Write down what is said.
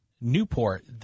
Newport